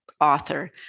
author